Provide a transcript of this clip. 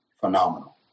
phenomenal